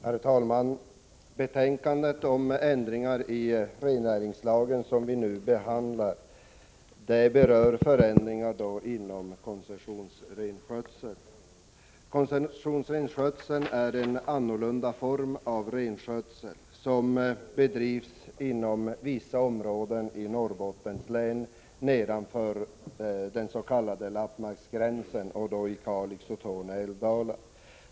Herr talman! Betänkandet om ändring i rennäringslagen behandlar förslag till förändringar inom koncessionsrenskötseln. Koncessionsrenskötseln är en annorlunda form av renskötsel som bedrivs 87 inom vissa områden nedanför lappmarksgränsen i Kalix och Torne älvdalar.